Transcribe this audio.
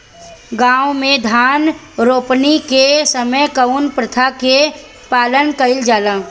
गाँव मे धान रोपनी के समय कउन प्रथा के पालन कइल जाला?